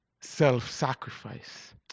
self-sacrifice